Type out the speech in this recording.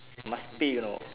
must pay you know